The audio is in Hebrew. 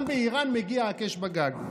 גם באיראן מגיע הקש בגג.